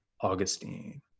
Augustine